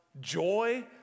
joy